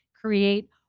create